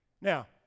Now